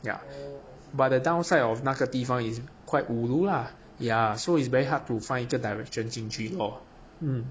yeah but the downside of 那个地方 is quite ulu lah yah so it's very hard to find the direction 进去咯 mm